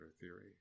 theory